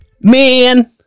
Man